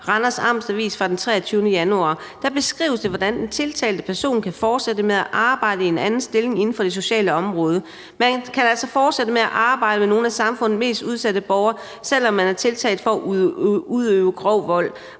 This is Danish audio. jeg henviser til i beslutningsforslaget, hvordan den tiltalte person frit kan fortsætte med at arbejde i en anden stilling inden for det sociale område. Man kan altså fortsætte med at arbejde med nogle af samfundets mest udsatte borgere, selv om man er tiltalt for at udøve grov vold